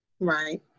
Right